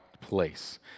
place